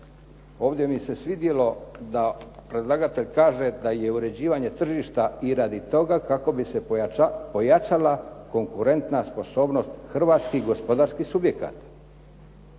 ovdje mi se svidjelo da predlagatelj kaže da je uređivanje i radi toga kako bi se pojačala konkurentna sposobnost hrvatskih gospodarskih subjekata.